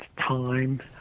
time